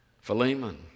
Philemon